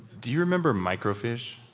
do you remember microfiche?